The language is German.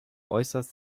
äußerst